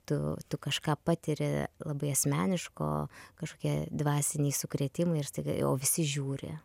tu tu kažką patiri labai asmeniško kažkokie dvasiniai sukrėtimai ir staiga o visi žiūri